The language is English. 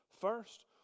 First